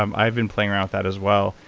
um i've been playing around that as well.